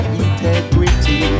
integrity